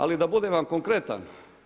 Ali, da budem vam konkretan.